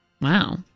Wow